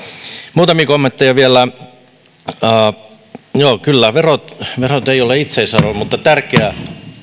muutamia kommentteja vielä joo kyllä verot verot eivät ole itseisarvo mutta ne ovat tärkeä